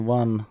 one